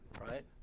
right